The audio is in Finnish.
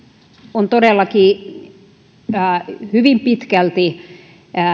on todellakin hyvin pitkälti